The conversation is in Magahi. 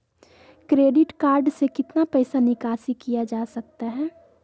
क्रेडिट कार्ड से कितना पैसा निकासी किया जा सकता है?